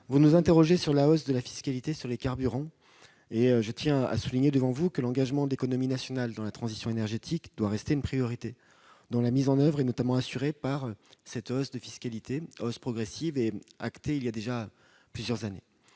vous nous interrogez sur la hausse de la fiscalité sur les carburants. Je tiens à souligner que l'engagement de l'économie nationale dans la transition énergétique doit rester une priorité, dont la mise en oeuvre est notamment assurée par la hausse progressive, décidée il y a plusieurs années,